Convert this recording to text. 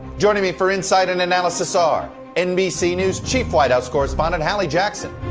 joining me for insight and analysis are nbc news chief white house correspondent hallie jackson,